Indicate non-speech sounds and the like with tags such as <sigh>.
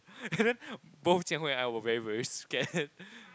and then both Jian-Hui and I were very very scared <laughs>